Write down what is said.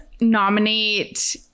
nominate